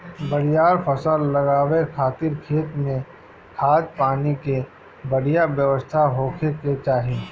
बरियार फसल लगावे खातिर खेत में खाद, पानी के बढ़िया व्यवस्था होखे के चाही